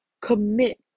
commit